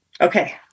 Okay